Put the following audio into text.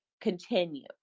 continue